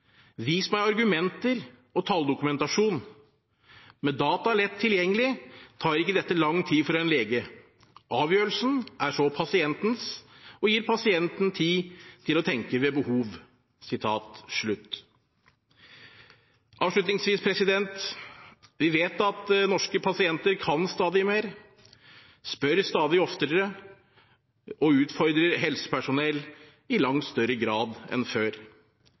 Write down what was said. dette lang tid for en lege. Avgjørelsen er så pasientens, og gir pasienten tid til å tenke ved behov.» Avslutningsvis: Vi vet at norske pasienter kan stadig mer, spør stadig oftere og utfordrer helsepersonell i langt større grad enn før.